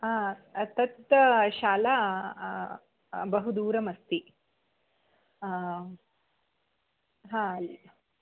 आ तत् शाला बहु दूरमस्ति हा